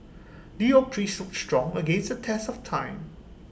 the oak tree stood strong against the test of time